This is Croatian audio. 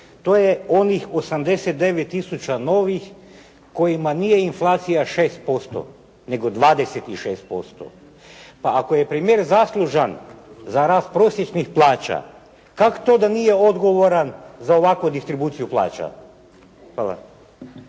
To je onih 89 tisuća novih kojima nije inflacija 6%, nego 26%. Pa ako je premijer zaslužan za rast prosječnih plaća, kako to da nije odgovoran za ovakvu distribuciju plaća? Hvala.